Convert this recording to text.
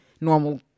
normal